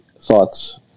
thoughts